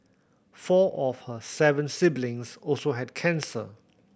four of her seven siblings also had cancer